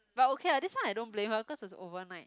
but okay lah this one I don't blame her cause it's overnight